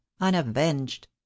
unavenged